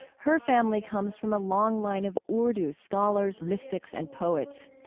her family comes from a long line of urdu scholars, mystics and poets.